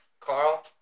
Carl